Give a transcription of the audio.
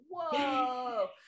whoa